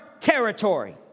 territory